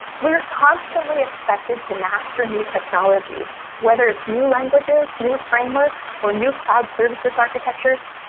we are constantly expected to master new technologies, whether it's new languages, new frameworks, or new cloud services architectures.